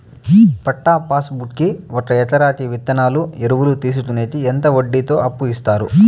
పట్టా pass book కి ఒక ఎకరాకి విత్తనాలు, ఎరువులు తీసుకొనేకి ఎంత వడ్డీతో అప్పు ఇస్తారు?